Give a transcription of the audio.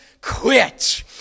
quit